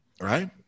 right